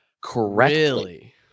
correctly